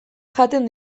jaten